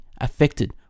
affected